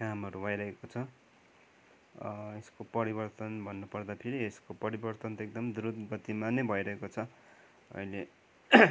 कामहरू भइरहेको छ यसको परिवर्तन भन्नुपर्दाखेरि यसको परिवर्तन देख्दा पनि द्रुत गतिमा नै भइरहेको छ अहिले